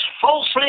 falsely